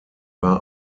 war